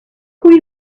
who